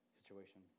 situation